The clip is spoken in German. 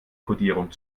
kodierung